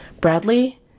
Bradley